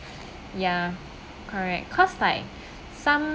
ya correct cause like some